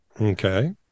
okay